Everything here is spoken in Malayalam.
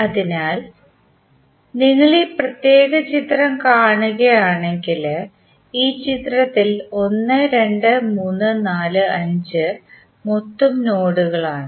അതിനാൽ നിങ്ങൾ ഈ പ്രത്യേക ചിത്രം കാണുകയാണെങ്കിൽ ഈ ചിത്രത്തിൽ 1 2 3 4 5 മൊത്തം നോഡുകളാണ്